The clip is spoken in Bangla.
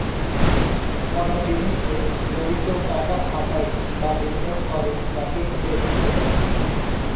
কনো জিনিসে যদি কেউ টাকা খাটায় বা বিনিয়োগ করে তাকে ইনভেস্টমেন্ট বলে